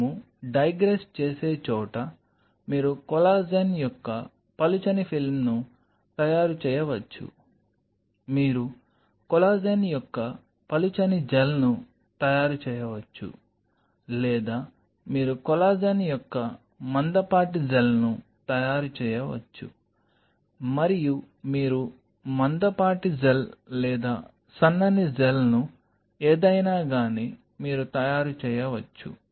మేము డైగ్రెస్ చేసే చోట మీరు కొల్లాజెన్ యొక్క పలుచని ఫిల్మ్ను తయారు చేయవచ్చు మీరు కొల్లాజెన్ యొక్క పలుచని జెల్ను తయారు చేయవచ్చు లేదా మీరు కొల్లాజెన్ యొక్క మందపాటి జెల్ను తయారు చేయవచ్చు మరియు మీరు మందపాటి జెల్ లేదా సన్నని జెల్ను ఏదైనా గాని మీరు తయారు చేయవొచ్చు